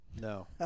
No